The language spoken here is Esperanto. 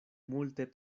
multe